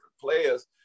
players